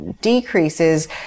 decreases